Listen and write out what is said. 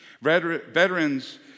Veterans